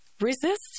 resist